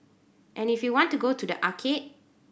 and if you want to go to the arcade